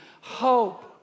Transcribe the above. Hope